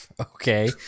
Okay